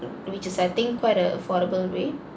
which is I think quite a affordable rate